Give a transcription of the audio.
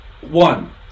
One